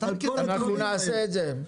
אביגדור, אנחנו נעשה את זה.